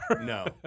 No